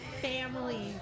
family